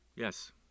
Yes